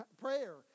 prayer